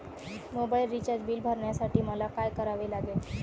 Mobile recharge bill भरण्यासाठी मला काय करावे लागेल?